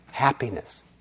Happiness